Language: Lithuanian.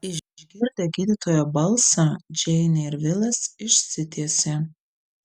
išgirdę gydytojo balsą džeinė ir vilas išsitiesė